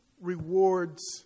rewards